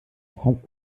total